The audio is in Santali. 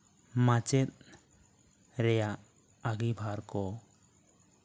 ᱢᱟᱪᱮᱫ ᱨᱮᱭᱟᱜ ᱟᱸᱜᱤᱵᱷᱟᱨ ᱠᱚ